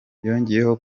yongeyeho